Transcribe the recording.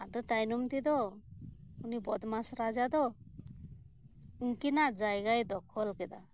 ᱟᱫᱚ ᱛᱟᱭᱱᱚᱢ ᱛᱮᱫᱚ ᱩᱱᱤ ᱵᱚᱫᱢᱟᱥ ᱨᱟᱡᱟ ᱫᱚ ᱩᱱᱠᱤᱱᱟᱜ ᱡᱟᱭᱜᱟᱭ ᱫᱚᱠᱷᱚᱞ ᱠᱮᱫᱟ